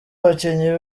abakinnyi